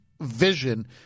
vision